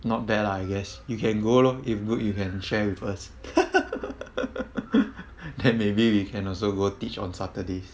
not bad lah I guess you can go lor if good you can share with us then maybe we can also go teach on saturdays